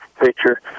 picture